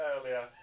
earlier